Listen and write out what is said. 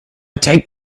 take